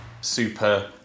super